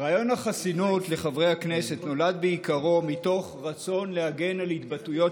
רעיון החסינות לחברי הכנסת נולד בעיקר מתוך רצון להגן בעניין התבטאויות